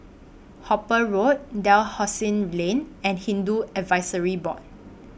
Hooper Road Dalhousie Lane and Hindu Advisory Board